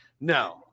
No